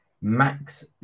Max